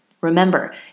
Remember